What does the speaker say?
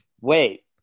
Wait